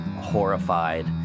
horrified